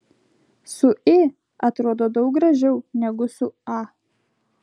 su ė atrodo daug gražiau negu su a